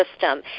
system